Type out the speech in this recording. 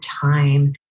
time